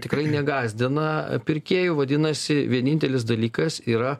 tikrai negąsdina pirkėjų vadinasi vienintelis dalykas yra